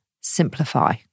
simplify